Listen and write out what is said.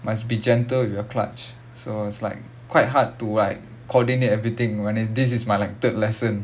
must be gentle with your clutch so it's like quite hard to like coordinate everything when it this is my like third lesson